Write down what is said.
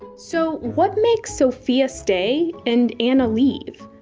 so what makes sophia stay and anna leave?